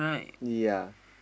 ya